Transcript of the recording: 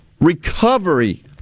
recovery